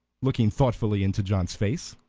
looking thoughtfully into john's face.